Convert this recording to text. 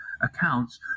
accounts